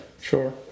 Sure